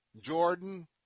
Jordan